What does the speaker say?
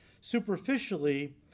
superficially